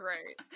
Right